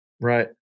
Right